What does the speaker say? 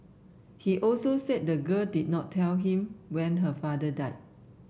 he also said the girl did not tell him when her father died